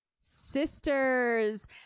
sisters